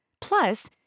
plus